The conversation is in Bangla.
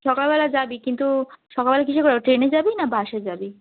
সকালবেলা যাবি কিন্তু সকালবেলা কীসে করে ট্রেনে যাবি না বাসে যাবি